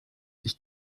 ich